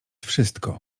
wszystko